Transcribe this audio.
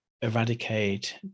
eradicate